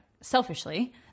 selfishly